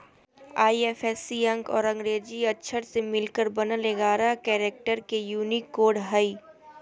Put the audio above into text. IFSC अंक और अंग्रेजी अक्षर से मिलकर बनल एगारह कैरेक्टर के यूनिक कोड हइ